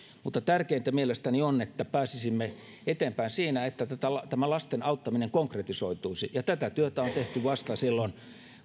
mutta tärkeintä mielestäni on että pääsisimme eteenpäin siinä että tämä lasten auttaminen konkretisoituisi ja tätä työtä on tehty vasta silloin